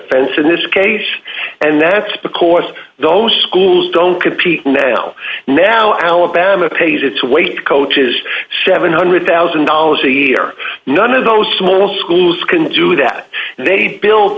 defense in this case and that's because those schools don't compete now now alabama pays its awake coaches seven hundred thousand dollars a year none of those small schools can do that and they build